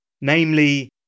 namely